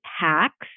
hacks